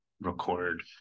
record